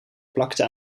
plakte